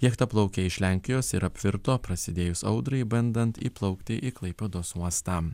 jachta plaukė iš lenkijos ir apvirto prasidėjus audrai bandant įplaukti į klaipėdos uostą